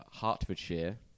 Hertfordshire